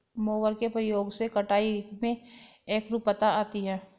mower के प्रयोग से कटाई में एकरूपता आती है